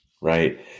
right